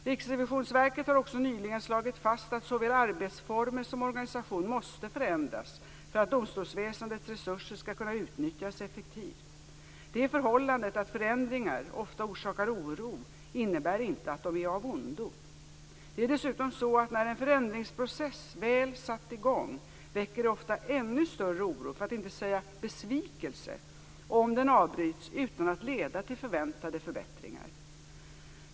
Riksrevisionsverket har också nyligen slagit fast att såväl arbetsformer som organisation måste förändras för att domstolsväsendets resurser skall kunna utnyttjas effektivt. Det förhållandet att förändringar ofta orsakar oro innebär inte att de är av ondo. Det är dessutom så att när en förändringsprocess väl satt i gång väcker det ofta ännu större oro, för att inte säga besvikelse, om den avbryts utan att leda till förväntade förbättringar.